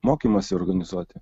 mokymąsi organizuoti